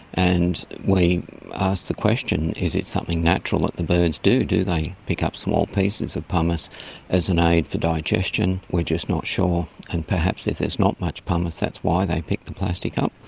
and we ask the question is it something natural that the birds do? do they pick up small pieces of pumice as an aid for digestion? we are just not sure. and perhaps if there's not much pumice that's why they pick the plastic up.